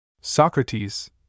Socrates